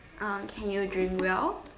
uh can you drink well